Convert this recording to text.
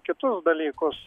kitus dalykus